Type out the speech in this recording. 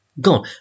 gone